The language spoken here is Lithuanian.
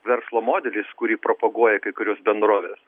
verslo modelis kurį propaguoja kai kurios bendrovės